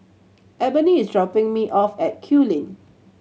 Eboni is dropping me off at Kew Lane